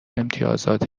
امتیازات